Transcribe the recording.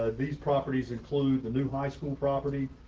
ah these properties include the new high school property,